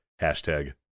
hashtag